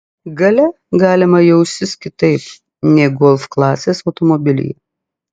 gale galima jaustis kitaip nei golf klasės automobilyje